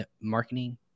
Marketing